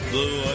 Blue